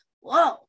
Whoa